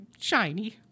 shiny